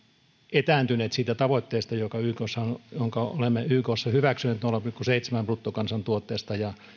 etääntyneet siitä tavoitteesta jonka olemme ykssa hyväksyneet nolla pilkku seitsemästä bruttokansantuotteesta